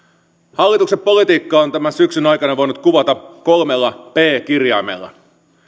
hallituksen politiikkaa on tämän syksyn aikana voinut kuvata kolmella p kirjaimella